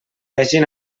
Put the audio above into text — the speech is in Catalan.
hagen